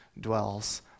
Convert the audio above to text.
dwells